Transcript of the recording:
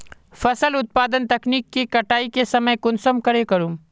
फसल उत्पादन तकनीक के कटाई के समय कुंसम करे करूम?